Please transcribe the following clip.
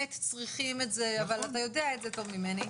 שבאמת צריכים את זה אתה יודע את זה טוב ממני.